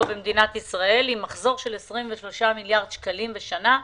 במדינת ישראל עם מחזור של 23 מיליארד שקלים בשנה.